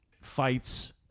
fights